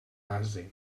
base